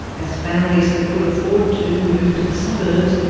as families that could afford to moved to the suburbs,